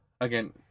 again